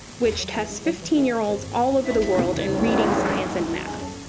which tests fifteen year-olds all over the world in reading, science, and math.